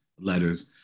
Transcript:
letters